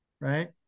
Right